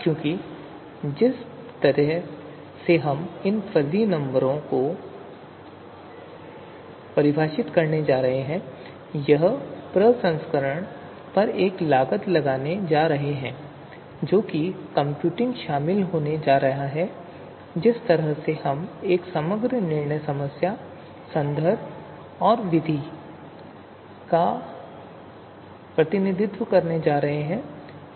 क्योंकि जिस तरह से हम इन फजी नंबरों को परिभाषित करने जा रहे हैं यह प्रसंस्करण पर एक लागत लगाने जा रहा है जो कंप्यूटिंग शामिल होने जा रही है जिस तरह से हम समग्र निर्णय समस्या संदर्भ और विधि का प्रतिनिधित्व करने जा रहे हैं